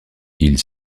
ils